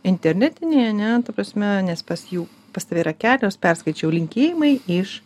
internetinėj ane ta prasme nes pas jų pas tave yra kelios perskaičiau linkėjimai iš